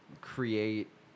create